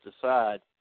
decide